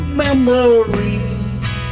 memories